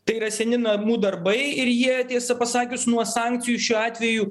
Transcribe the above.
tai yra seni namų darbai ir jie tiesą pasakius nuo sankcijų šiuo atveju